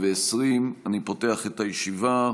אני פותח את הישיבה.